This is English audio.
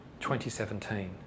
2017